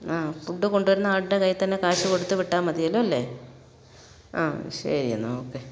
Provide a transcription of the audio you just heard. ആ ഫുഡ് കൊണ്ടുവരുന്ന ആളുടെ കയ്യിൽ തന്നെ കാശ് കൊടുത്തു വിട്ടാൽ മതിയല്ലോ അല്ലെ ആ ശരി എന്നാൽ ഓക്കേ